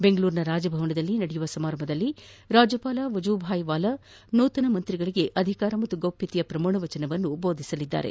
ಬೆಂಗಳೂರಿನ ರಾಜಭವನದಲ್ಲಿ ನಡೆಯಲಿರುವ ಸಮಾರಂಭದಲ್ಲಿ ರಾಜ್ವಪಾಲ ವಜೂಭಾಯಿ ವಾಲಾ ನೂತನ ಸಚಿವರಿಗೆ ಅಧಿಕಾರ ಮತ್ತು ಗೋಷ್ಣತೆಯ ಪ್ರಮಾಣವಚನವನ್ನು ಬೋಧಿಸಲಿದ್ದಾರೆ